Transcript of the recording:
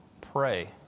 pray